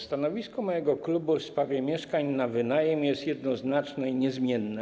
Stanowisko mojego klubu w sprawie mieszkań na wynajem jest jednoznaczne i niezmienne: